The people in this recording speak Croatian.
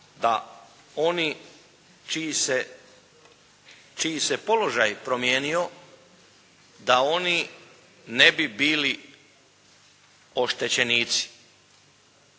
da oni čiji se položaj promijenio da oni ne bi bili oštećenici.